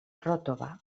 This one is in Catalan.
ròtova